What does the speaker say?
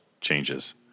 Changes